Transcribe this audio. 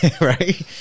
Right